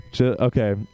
Okay